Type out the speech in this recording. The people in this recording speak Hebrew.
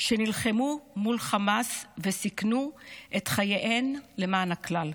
שנלחמו מול חמאס וסיכנו את חייהן למען הכלל,